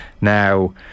Now